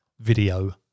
video